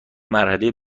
مرحله